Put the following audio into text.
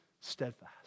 steadfast